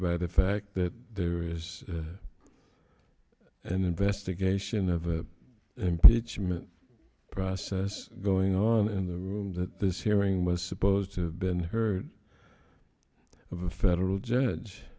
by the fact that there is an investigation of the impeachment process going on in the room that this hearing was supposed to been heard of a federal judge